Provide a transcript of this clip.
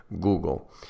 Google